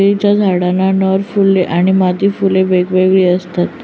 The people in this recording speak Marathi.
केळीच्या झाडाला नर फुले आणि मादी फुले वेगवेगळी असतात